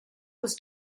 was